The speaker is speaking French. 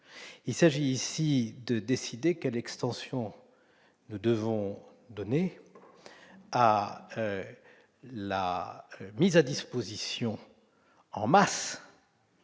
Il s'agit ici de décider quelle extension nous devons donner à la mise à disposition, en masse,